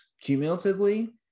cumulatively